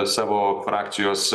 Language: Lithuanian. savo frakcijos